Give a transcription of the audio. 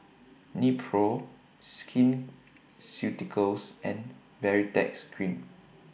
Nepro Skin Ceuticals and Baritex Cream